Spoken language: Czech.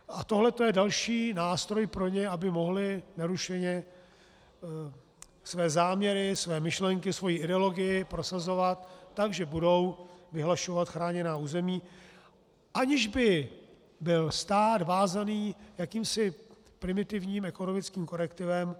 A tohleto je další nástroj pro ně, aby mohli nerušeně své záměry, své myšlenky, svoji ideologii prosazovat tak, že budou vyhlašovat chráněná území, aniž by byl stát vázaný jakýmsi primitivním ekonomickým korektivem.